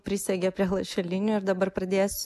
prisegė prie lašelinių ir dabar pradės